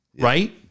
right